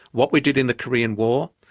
what we did in the korean war,